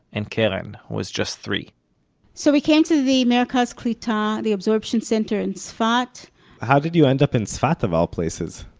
and keren, who was just three so we came to the merkaz klita, the absorption center in tzfat how did you end up in tzfat of all places?